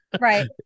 right